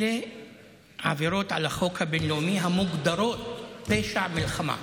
אלה עבירות על החוק הבין-לאומי המוגדרות פשע מלחמה,